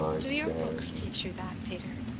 do your books teach you that, peter?